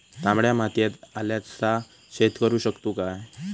तामड्या मातयेत आल्याचा शेत करु शकतू काय?